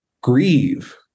grieve